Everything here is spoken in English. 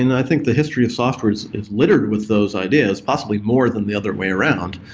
and i think the history of software is is littered with those ideas possibly more than the other way around.